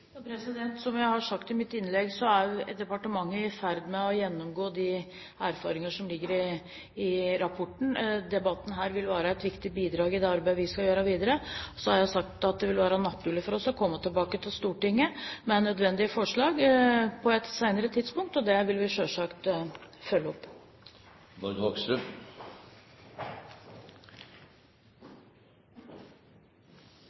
Som jeg sa i mitt innlegg, er departementet i ferd med å gjennomgå de erfaringer som ligger i rapporten. Debatten her vil være et viktig bidrag i det arbeidet vi skal gjøre videre. Så har jeg sagt at det vil være naturlig for oss å komme tilbake til Stortinget med nødvendige forslag på et senere tidspunkt, og det vil vi selvsagt følge